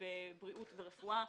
בבריאות וברפואה.